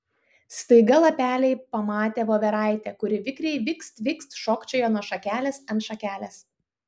staiga lapeliai pamatė voveraitę kuri vikriai vikst vikst šokčioja nuo šakelės ant šakelės